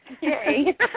Yay